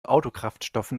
autokraftstoffen